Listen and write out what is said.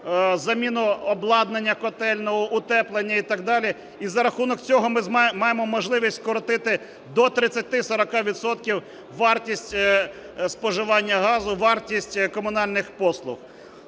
заміну обладнання котельного, утеплення і так далі. І за рахунок цього ми маємо можливість скоротити до 30-40 відсотків вартість споживання газу, вартість комунальних послуг.